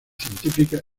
científicas